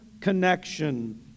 connection